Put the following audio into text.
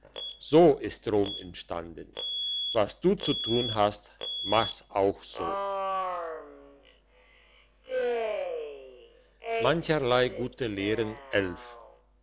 so ist rom entstanden was du zu tun hast mach's auch so mancherlei gute lehren